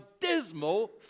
dismal